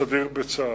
הסדיר, בצה"ל.